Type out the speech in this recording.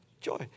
joy